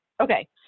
Okay